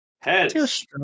Heads